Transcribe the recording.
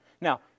Now